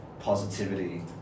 positivity